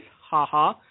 haha